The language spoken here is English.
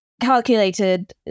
Calculated